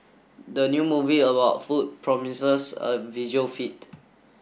the new movie about food promises a visual feet